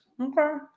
Okay